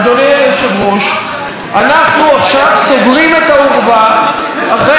אנחנו עכשיו סוגרים את האורווה אחרי שכל הסוסים כבר ברחו.